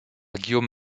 guillaume